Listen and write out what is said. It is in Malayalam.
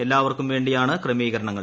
എല്ലാവർക്കും വേണ്ടിയാണ് ക്രമീകരണങ്ങൾ